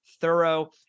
thorough